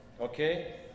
okay